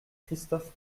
christophe